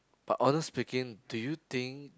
but honest speaking do you think